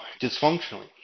dysfunctionally